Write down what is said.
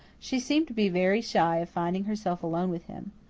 she seemed to be very shy of finding herself alone with him.